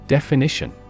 Definition